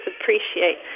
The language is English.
appreciate